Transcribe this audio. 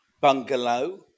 bungalow